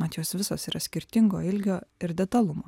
mat jos visos yra skirtingo ilgio ir detalumo